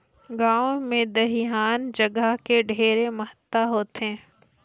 गांव मे दइहान जघा के ढेरे महत्ता होथे